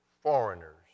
foreigners